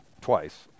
twice